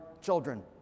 children